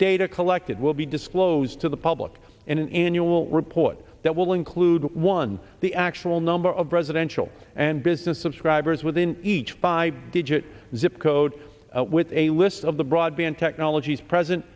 data collected will be disclosed to the public in an annual report that will include one the actual number of residential and business subscribers within each five digit zip code with a list of the broadband technologies present